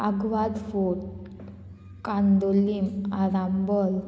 Aguada fort Candolim Arambol